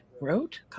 wrote